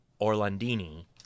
orlandini